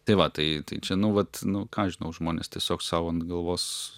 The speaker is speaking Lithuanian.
tai va tai tai čia nu vat nu ką aš žinau žmonės tiesiog sau ant galvos